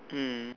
mm